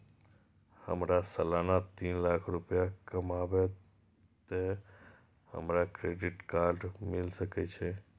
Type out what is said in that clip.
हमर सालाना तीन लाख रुपए कमाबे ते हमरा क्रेडिट कार्ड मिल सके छे?